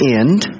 end